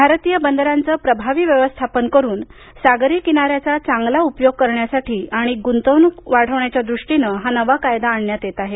भारतीय बंदरांचं प्रभावी व्यवस्थापन करून सागरी किनाऱ्याचा चांगला उपयोग करण्यासाठी आणि गुंतवणूक वाढवण्याच्या दृष्टीनं नवा कायदा आणण्यात येत आहे